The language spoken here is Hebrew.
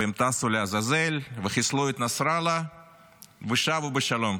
והם טסו לעזאזל וחיסלו את נסראללה ושבו בשלום.